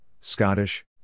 Scottish